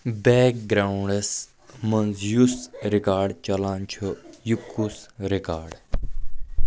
bag گرونڑَس منٛز یُس رِکاڈ چلان چھُ یہِ کُس رِکاڈ